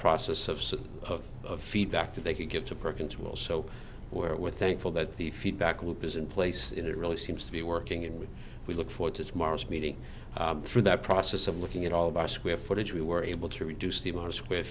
process of sort of feedback that they could give to perkins well so where we're thankful that the feedback loop is in place and it really seems to be working and when we look for it it's mars meaning through that process of looking at all of our square footage we were able to reduce the amount of square